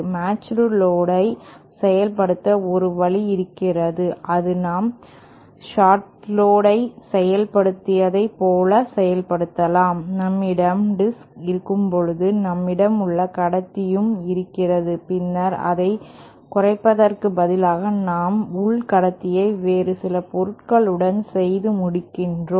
matched load ஐ செயல்படுத்த ஒரு வழி இருக்கிறது அது நாம் ஷாட்டர்ட் லோடு ஐசெயல்படுத்தியதை போல செயல்படுத்தலாம் நம்மிடம் டிஸ்க் இருக்கும்போது நம்மிடம் உள் கடத்தியும் இருக்கிறது பின்னர் அதைக் குறைப்பதற்குப் பதிலாக நம் உள் கடத்தியை வேறு சில பொருட்களுடன் செய்து முடிக்கிறோம்